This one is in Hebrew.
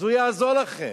אז הוא יעזור לכם.